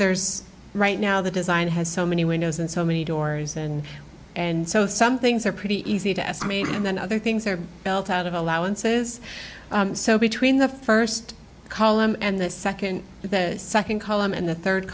there's right now the design has so many windows and so many doors and and so some things are pretty easy to ask me and then other things are built out of allowances so between the first column and the second the second column and the third